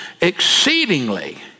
exceedingly